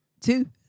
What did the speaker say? two